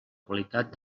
qualitat